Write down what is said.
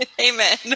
Amen